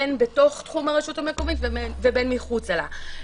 בין בתוך תחום הרשות המקומית ובין מחוצה לה.